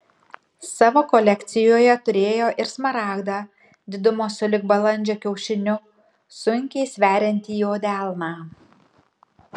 savo kolekcijoje turėjo ir smaragdą didumo sulig balandžio kiaušiniu sunkiai sveriantį jo delną